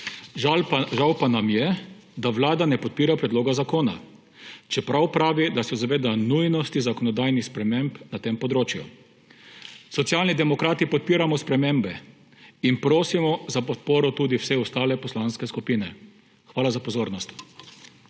Žal pa nam je, da Vlada ne podpira predloga zakona, čeprav pravi, da se zaveda nujnosti zakonodajni sprememb na tem področju. Socialni demokrati podpiramo spremembe in prosimo za podporo tudi vse ostale poslanske skupine. Hvala za pozornost.